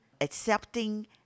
accepting